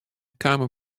kamen